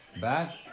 bad